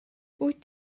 wyt